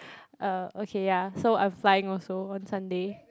uh ya so I'm fine